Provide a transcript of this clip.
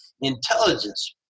intelligence